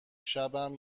شبم